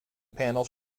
panels